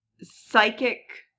psychic